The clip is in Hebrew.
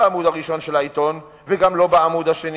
בעמוד הראשון של העיתון וגם לא בעמוד השני.